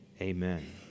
Amen